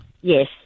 Yes